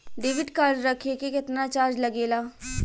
Debit card रखे के केतना चार्ज लगेला?